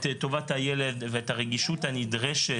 יש את טובת הילד ואת הרגישות הנדרשת,